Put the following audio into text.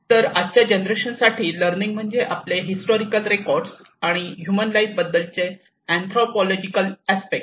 तर आजच्या जनरेशन साठी लर्निंग म्हणजे आपले हिस्टॉरिकल रेकॉर्ड आणि ह्युमन लाईफ बद्दलचे अँथ्रोपोलॉजिकल अस्पेक्ट